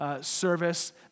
service